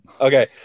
okay